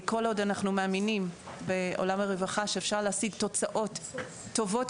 כל עוד אנחנו מאמינים בעולם הרווחה שאפשר להשיג תוצאות טובות